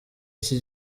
iki